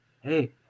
hey